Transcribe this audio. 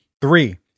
Three